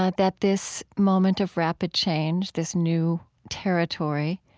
ah that this moment of rapid change, this new territory,